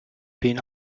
been